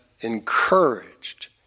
encouraged